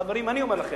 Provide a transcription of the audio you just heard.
חברים, אני אומר לכם,